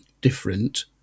different